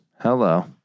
Hello